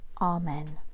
Amen